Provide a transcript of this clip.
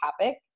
topic